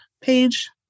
page